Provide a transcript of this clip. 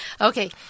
Okay